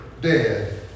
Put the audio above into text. dead